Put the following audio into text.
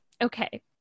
Okay